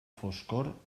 foscor